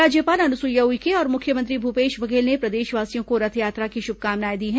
राज्यपाल अनुसुईया उइके और मुख्यमंत्री भूपेश बघेल ने प्रदेशवासियों को रथयात्रा की शुभकामनाएं दी है